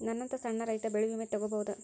ನನ್ನಂತಾ ಸಣ್ಣ ರೈತ ಬೆಳಿ ವಿಮೆ ತೊಗೊಬೋದ?